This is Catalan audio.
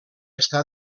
està